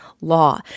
law